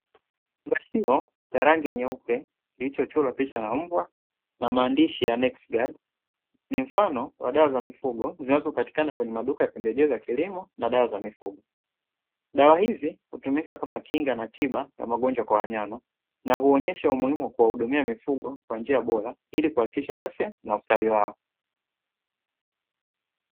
Kiwashio cha rangi nyeupe kilichochorwa picha ya mbwa na maaandishi ya "next guard", ni mfano wa dawa za mifugo zinazopatikana kwenye maduka ya pembejeo za kilimo na dawa za mifugo. Dawa hizi hutumika kama kinga na tiba ya magonjwa kwa wanyama na huonesha umuhimu kwa hudumia mifugo kwa njia bora ili kuhakikisha afya na ustawi wao.